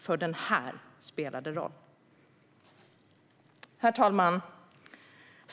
För den här spelar det roll. Herr talman!